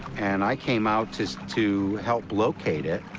and i came out to to help locate it.